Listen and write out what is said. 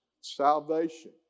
salvation